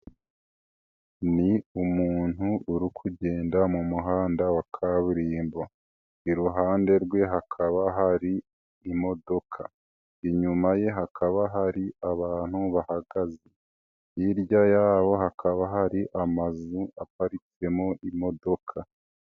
Ni umuntu uri kugenda mu muhanda wa kaburimbo, iruhande rwe hakaba hari imodoka, inyuma ye hakaba hari abantu bahagaze, hirya yabo hakaba hari amazu aparitsemo imodoka.